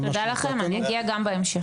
תודה רבה לכם, אני אגיע גם בהמשך.